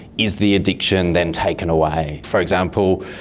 is the addiction then taken away? for example,